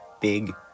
big